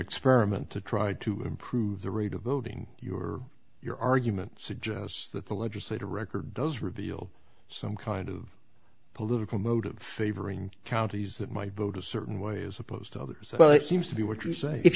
experiment to try to improve the rate of voting your your argument suggests that the legislative record does reveal some kind of political motive favoring counties that might vote a certain way as opposed to others but seems to be what you say